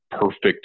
perfect